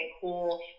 cool